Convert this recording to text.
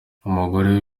umugore